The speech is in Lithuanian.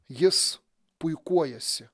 jis puikuojasi